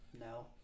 No